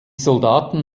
soldaten